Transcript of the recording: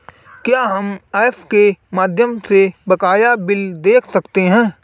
क्या हम ऐप के माध्यम से बकाया बिल देख सकते हैं?